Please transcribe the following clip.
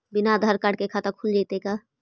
बिना आधार कार्ड के खाता खुल जइतै का?